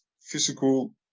Physical